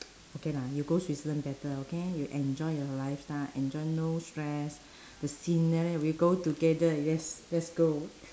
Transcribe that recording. okay lah you go switzerland better okay you enjoy your lifestyle enjoy no stress the scenery we go together yes let's go